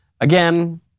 Again